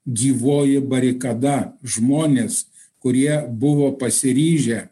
gyvoji barikada žmonės kurie buvo pasiryžę